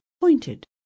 pointed